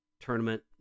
tournament